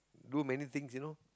do many things you know